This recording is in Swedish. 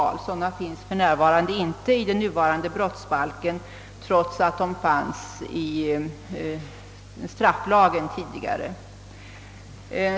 Sådana bestämmelser finns för närvarande inte i brottsbalken, trots att de fanns i strafflagen tidigare.